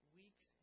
weeks